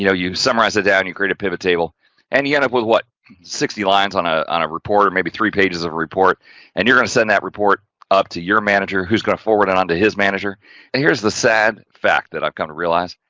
you know, you summarize it down, you create a pivot table and you end up with, what sixty lines on ah a report, and maybe three pages of report and you're going to send that report up to your manager, who's going to forward it on to his manager and here's the sad fact, that i've come to realize,